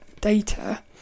data